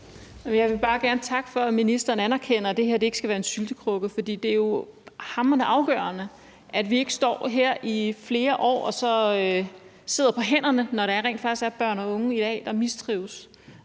Jeg vil bare gerne takke for, at ministeren anerkender, at det her ikke skal være en syltekrukke. For det er jo hamrende afgørende, at vi ikke i flere år sidder på hænderne, når der rent faktisk er børn og unge i dag, der mistrives